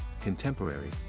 contemporary